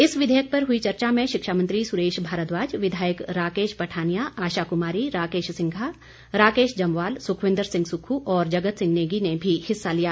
इस विधेयक पर हुई चर्चा में शिक्षामंत्री सुरेश भारद्वाज विधायक राकेश पठानिया आशा कुमारी राकेश सिंघा राकेश जम्वाल सुखविंद्र सिंह सुक्खू और जगत सिंह नेगी ने भी हिस्सा लिया